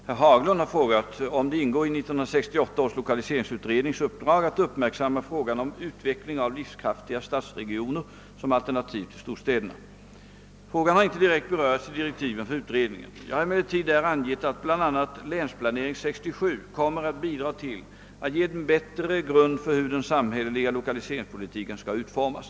Herr talman! Herr Haglund har frågat mig om det ingår i 1968 års lokaliseringsutrednings uppdrag att uppmärksamma frågan om utveckling av livskraftiga stadsregioner som alternativ till storstäderna. Problemet har inte direkt berörts i direktiven för utredningen. Jag har emellertid där angett att bl.a. Länsplanering 67 kommer att bidra till att ge en bättre grund för hur den samhälleliga lokaliseringspolitiken skall utformas.